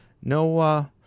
no